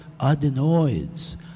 adenoids